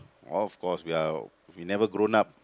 of course we are we never grown up